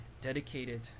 dedicated